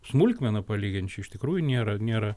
smulkmena palygint čia iš tikrųjų nėra nėra